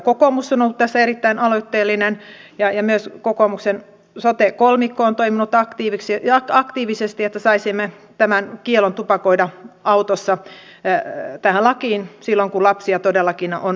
kokoomus on ollut tässä erittäin aloitteellinen ja myös kokoomuksen sote kolmikko on toiminut aktiivisesti että saisimme tämän kiellon tupakoida autossa tähän lakiin silloin kun lapsia on läsnä